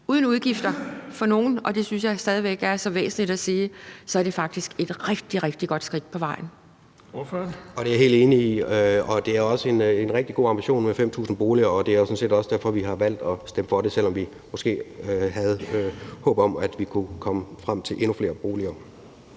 uden udgifter for nogen – og det synes jeg stadig væk er så væsentligt at sige – faktisk et rigtig, rigtig godt skridt på vejen. Kl. 16:14 Den fg. formand (Erling Bonnesen): Ordføreren. Kl. 16:14 Jens Meilvang (LA): Det er jeg helt enig i, og det er også en rigtig god ambition med de 5.000 boliger. Det er sådan set også derfor, vi har valgt at stemme for det, selv om vi måske havde håb om, at vi kunne komme frem til endnu flere boliger.